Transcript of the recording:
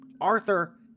Arthur